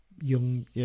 young